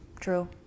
True